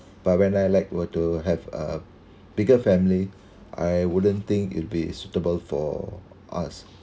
but when I like were to have a bigger family I wouldn't think it'd be suitable for us